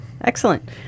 Excellent